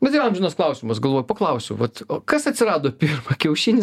bet tai amžinas klausimas galvoju paklausiu vat o kas atsirado pirma kiaušinis